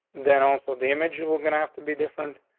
then also the images. we're gonna have to be different.